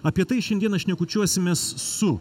apie tai šiandieną šnekučiuosimės su